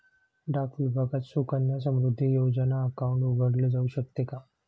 डाक विभागात सुकन्या समृद्धी योजना अकाउंट उघडले जाऊ शकते का?